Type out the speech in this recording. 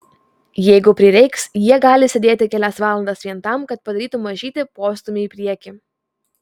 jeigu prireiks jie gali sėdėti kelias valandas vien tam kad padarytų mažytį postūmį į priekį